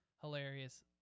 hilarious